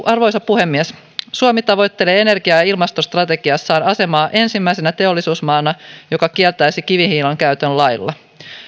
arvoisa puhemies suomi tavoittelee energia ja ilmastostrategiassaan asemaa ensimmäisenä teollisuusmaana joka kieltäisi kivihiilen käytön lailla